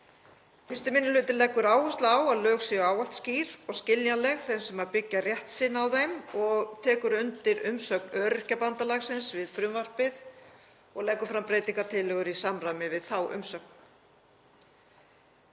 Fyrsti minni hluti leggur áherslu á að lög séu ávallt skýr og skiljanleg þeim sem byggja rétt sinn á þeim og tekur undir umsögn Öryrkjabandalagsins við frumvarpið og leggur fram breytingartillögur í samræmi við þá umsögn.